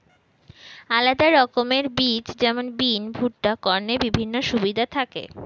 আলাদা রকমের বীজ যেমন বিন, ভুট্টা, কর্নের বিভিন্ন সুবিধা থাকি